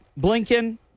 Blinken